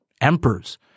emperors